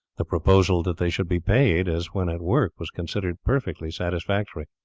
the proposal that they should be paid as when at work was considered perfectly satisfactory.